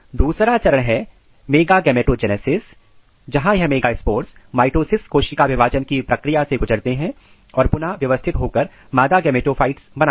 दूसरा चरण है मेगागेमेटोजेनेसिस जहां यह मेगास्पोर्स माइटोसिस कोशिका विभाजन की प्रक्रिया से गुजरते हैं और पुनः व्यवस्थित होकर मादा गेमेटोफाइट्स बनाते हैं